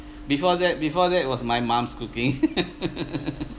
before that before that it was my mum's cooking